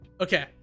okay